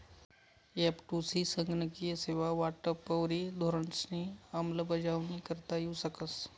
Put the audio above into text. एफ.टु.सी संगणकीय सेवा वाटपवरी धोरणंसनी अंमलबजावणी करता येऊ शकस